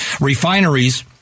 refineries